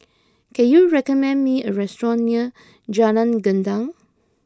can you recommend me a restaurant near Jalan Gendang